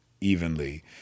evenly